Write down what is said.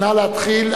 נא להתחיל,